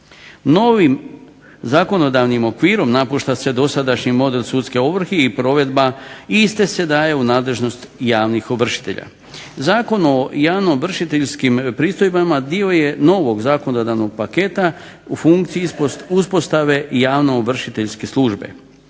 Novim zakonodavnim okvirom nakon što se dosadašnji model sudske ovrhe i provedba iste se daje u nadležnost javnih ovršitelja. Zakon o javnoovršiteljskim pristojbama dio je novog zakonodavnog paketa u funkciji uspostave javnoovršiteljske službe.